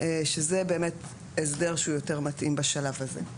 שזה באמת הסדר שהוא יותר מתאים בשלב הזה.